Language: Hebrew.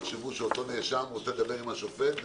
תחשבו שאותו נאשם רוצה לדבר עם השופט,